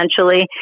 essentially